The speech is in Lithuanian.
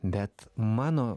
bet mano